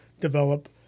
develop